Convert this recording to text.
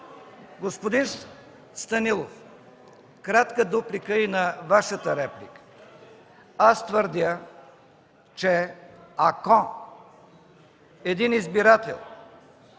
Господин Станилов, кратка дуплика и на Вашата реплика. Аз твърдя, че ако един избирател